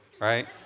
right